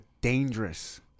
dangerous